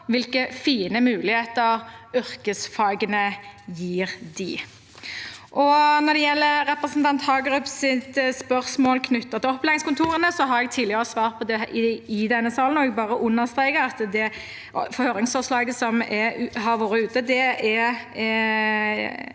hvilke fine muligheter yrkesfagene gir dem. Når det gjelder representanten Hagerups spørsmål knyttet til opplæringskontorene, har jeg tidligere svart på det i denne salen. Jeg understreker at det høringsforslaget som har vært ute,